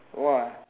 !wah!